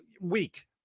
week